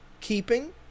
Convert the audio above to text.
keeping